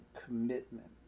commitment